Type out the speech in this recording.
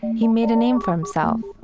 he made a name for himself,